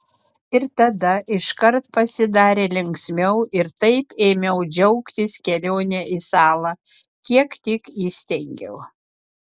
ir tada iškart pasidarė linksmiau ir taip ėmiau džiaugtis kelione į salą kiek tik įstengiau